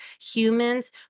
humans